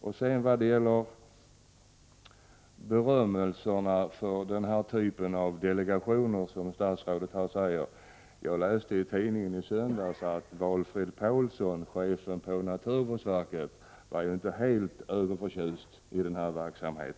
När det sedan gäller berömmet för den här typen av delegationer som statsrådet här ger uttryck för, vill jag säga att jag i söndags läste i tidningen att chefen för naturvårdsverket, Valfrid Paulsson, inte var helt överförtjust över denna verksamhet.